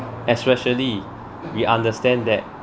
especially we understand that